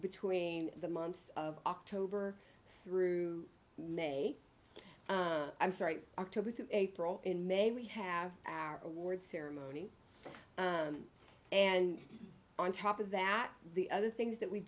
between the months of october through may i'm sorry october to april in may we have our award ceremony and on top of that the other things that we